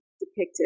depicted